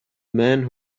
man